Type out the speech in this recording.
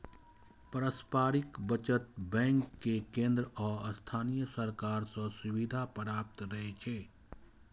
पारस्परिक बचत बैंक कें केंद्र आ स्थानीय सरकार सं सुविधा प्राप्त रहै छै